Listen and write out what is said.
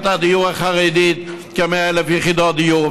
הדיור לחרדים כ-100,000 יחידות דיור,